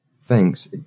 Thanks